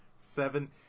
Seven